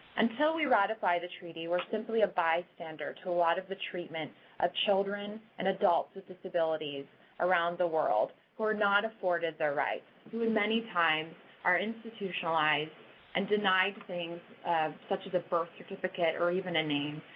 until we ratify the treaty we're simply a bystander to a lot of the treatment of children and adults with disabilities around the world who are not afforded their rights, who and many times are institutionalized and denied things such as a birth certificate or even a name.